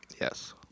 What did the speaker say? Yes